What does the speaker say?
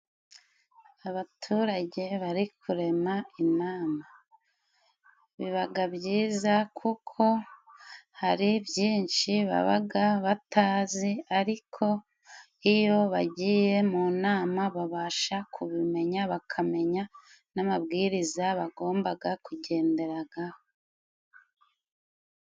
,Abaturage bari kurema inama bibaga byiza kuko hari byinshi babaga batazi ariko iyo bagiye mu nama babasha kubimenya bakamenya n'amabwiriza bagombaga kugenderagaho